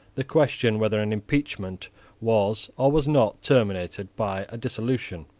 the question whether an impeachment was or was not terminated by a dissolution.